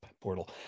portal